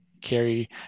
carry